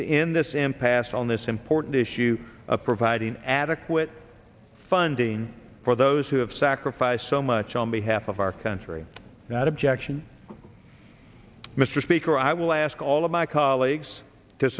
to end this impasse on this important issue of providing adequate funding for those who have sacrificed so much on behalf of our country and that objection mr speaker i will ask all of my colleagues to